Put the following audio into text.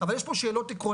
אבל יש פה שאלות עקרוניות.